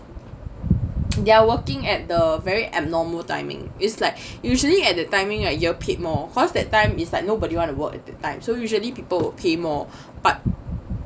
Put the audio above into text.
they're working at the very abnormal timing is like usually at the timing right you're paid more cause that time is that nobody want to work at the time so usually people would pay more but